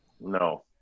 No